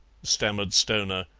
stammered stoner,